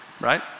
right